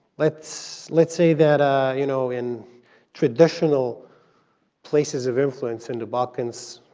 let's let's say that ah you know in traditional places of influence in the balkans,